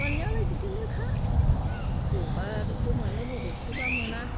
मोननायालाय बिदिनोखा बबेबाखौ मोनो बबेबाखौ मोना